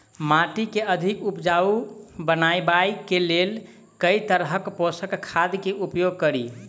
माटि केँ अधिक उपजाउ बनाबय केँ लेल केँ तरहक पोसक खाद केँ उपयोग करि?